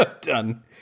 done